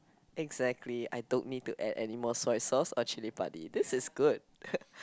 exactly I don't need to add any more soya sauce or chili padi this is good